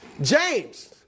James